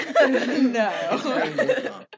No